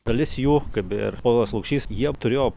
dalis jų kaip beje ir povilas lukšys jie turėjo